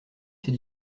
ces